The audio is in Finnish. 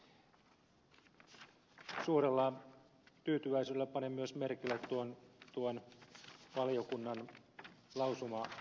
suurella tyytyväisyydellä panin merkille myös tuon valiokunnan lausumaehdotuksen